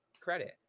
credit